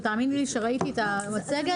ותאמין לי שראיתי את המצגת,